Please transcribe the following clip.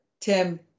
Tim